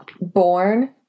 born